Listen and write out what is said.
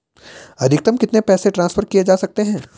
अधिकतम कितने पैसे ट्रांसफर किये जा सकते हैं?